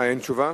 אין תשובה?